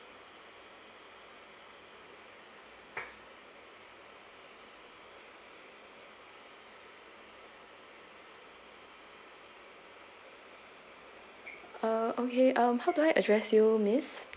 uh okay um how do I address you miss